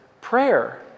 prayer